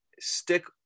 stick